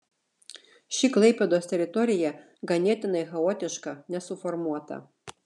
ši klaipėdos teritorija ganėtinai chaotiška nesuformuota